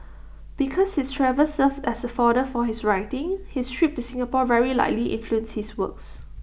because his travels served as fodder for his writing his trip to Singapore very likely influenced his works